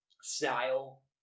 style